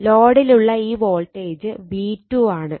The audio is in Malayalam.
ലോഡിലുള്ള ഈ വോൾട്ടേജ് V2 ആണ്